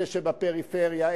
אלה שבפריפריה,